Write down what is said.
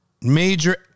major